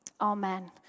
Amen